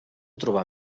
trobar